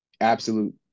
absolute